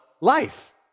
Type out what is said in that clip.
life